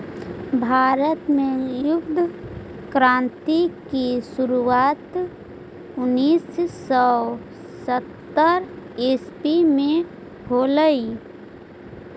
भारत में दुग्ध क्रान्ति की शुरुआत उनीस सौ सत्तर ईसवी में होलई